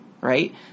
right